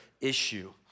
issue